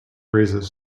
raises